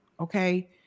Okay